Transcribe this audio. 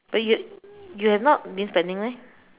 but you you have not been spending meh